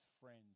friends